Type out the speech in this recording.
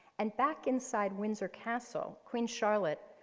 and back inside windsor castle, queen charlotte,